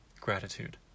gratitude